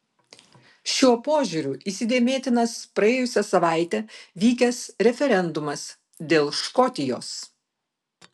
šiuo požiūriu įsidėmėtinas praėjusią savaitę vykęs referendumas dėl škotijos